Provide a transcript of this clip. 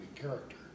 character